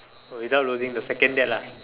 without losing the second dad lah